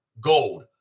gold